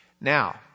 Now